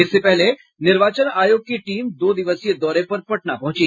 इससे पहले निर्वाचन आयोग की टीम दो दिवसीय दौरे पर पटना पहुंची